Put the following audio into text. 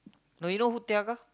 no you know who Tiaga